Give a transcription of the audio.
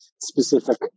specific